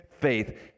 faith